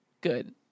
good